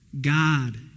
God